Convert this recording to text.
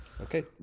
Okay